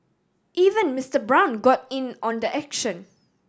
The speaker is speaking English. even Mister Brown got in on the action